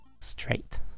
straight